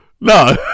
no